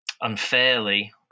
unfairly